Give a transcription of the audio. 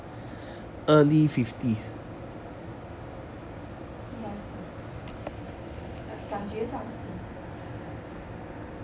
应该是感感觉上是